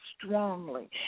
strongly